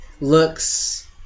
looks